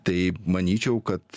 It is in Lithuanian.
tai manyčiau kad